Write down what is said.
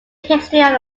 history